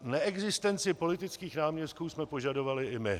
Neexistenci politických náměstků jsme požadovali i my.